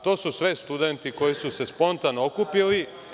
To su sve studenti koji su se spontano okupili.